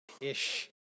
ish